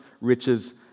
riches